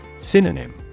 Synonym